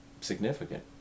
significant